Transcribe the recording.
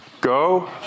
Go